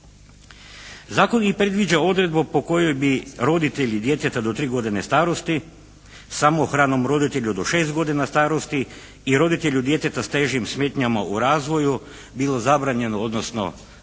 Zakon i predviđa odredbu po kojoj bi roditelji djeteta do 3 godine starosti, samohranom roditelju do 6 godina starosti i roditelju djeteta s težim smetnjama u razvoju bilo zabranjeno, odnosno zaštitna